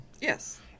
Yes